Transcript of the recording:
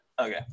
okay